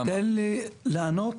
מה שאני רוצה לומר,